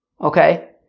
Okay